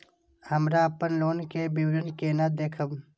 हमरा अपन लोन के विवरण केना देखब?